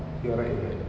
you're right you're right